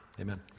Amen